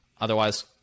Otherwise